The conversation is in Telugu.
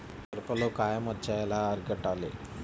మిరపలో కాయ మచ్చ ఎలా అరికట్టాలి?